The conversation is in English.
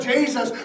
Jesus